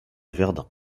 verdun